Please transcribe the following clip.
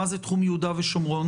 מה זה תחום יהודה ושומרון,